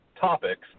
topics